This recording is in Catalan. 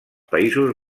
països